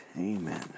Amen